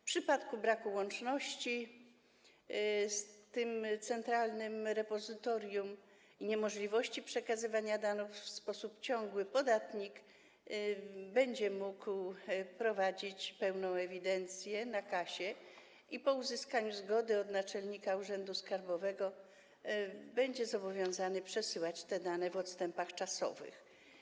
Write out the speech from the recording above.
W przypadku braku łączności z centralnym repozytorium i niemożności przekazywania danych w sposób ciągły podatnik będzie mógł prowadzić pełną ewidencję na kasie i - po uzyskaniu zgody naczelnika urzędu skarbowego - będzie zobowiązany przesyłać te dane w odstępach czasowych.